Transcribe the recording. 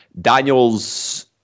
Daniels